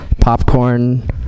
popcorn